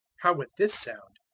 how would this sound?